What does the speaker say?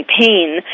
pain